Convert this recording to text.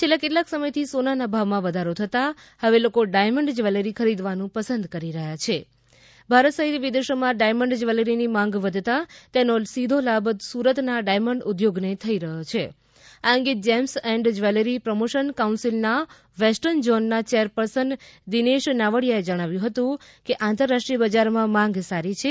છેલ્લા કેટલાક સમયથી સોનાના ભાવમાં વધારો થતાં હવે લોકો ડાયમંડ શ્ર્વેલરી ખરીદવાનું પસંદ કરી રહ્યા છે ભારત સહિત વિદેશોમાં ડાયમંડ શ્ર્વેલરી ની માંગ વધતા તેનો લાભ સુરતના ડાયમંડ ઉધોગને થઈ રહ્યો છિં આ અંગે જેમ્સ એન્ડ જ્વેલરી પ્રમોશન કાઉન્સિલના વેસ્ટર્ન ઝોનના ચેરપર્સન દિનેશ નાવડીયાએ જણાવ્યું હતું કે આંતરરાષ્ટ્રીય બજારમાં માંગ સારી છે